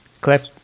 Cliff